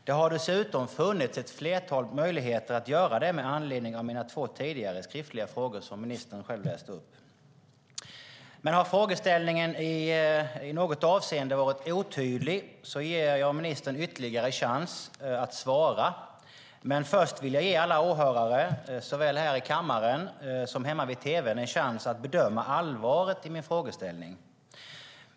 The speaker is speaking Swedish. Det har funnits ett flertal möjligheter att göra det med tanke på mina två tidigare skriftliga frågor, som ministern själv nämnde. Om frågeställningen i något avseende varit otydlig ger jag ministern en ytterligare chans att svara, men först vill jag ge alla åhörare, såväl i kammaren som hemma vid tv:n, möjlighet att bedöma allvaret i min frågeställning.